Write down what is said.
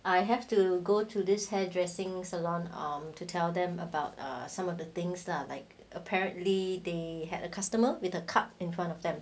I have to go to this hairdressing salon err to tell them about some of the things lah like apparently they had a customer with a cup in front of them